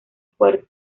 fuerte